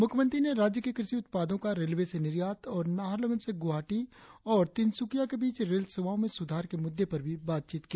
मुख्यमंत्री ने राज्य के क्रषि उत्पादों का रेलवे से निर्यात और नाहरलगुन से ग्रवाहाटी और तिनसुकिया के बीच रेल सेवाओं मे सुधार के मुद्दे पर भी बातचीत की